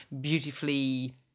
beautifully